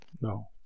No